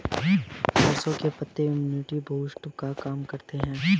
सरसों के पत्ते इम्युनिटी बूस्टर का काम करते है